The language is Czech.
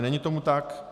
Není tomu tak.